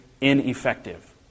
ineffective